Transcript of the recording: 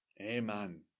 Amen